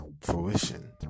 fruition